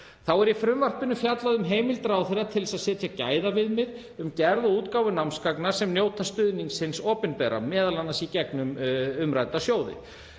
Þá er í frumvarpinu fjallað um heimild ráðherra til að setja gæðaviðmið um gerð og útgáfu námsgagna sem njóta stuðnings hins opinbera, m.a. í gegnum umrædda sjóði.